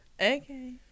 Okay